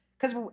Cause